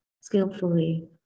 skillfully